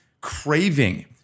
craving